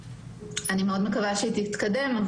אני מאוד מקווה שהיא תתקדם.